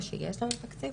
או שיש לנו תקציב,